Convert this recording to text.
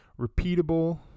repeatable